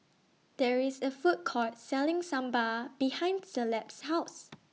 There IS A Food Court Selling Sambal behind Caleb's House